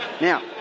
Now